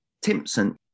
Timpson